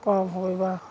পাৰ হয় বা